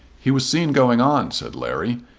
he was seen going on, said larry,